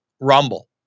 rumble